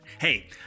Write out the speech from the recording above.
Hey